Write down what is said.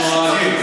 מין בשאינו מינו.